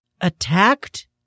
attacked